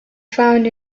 found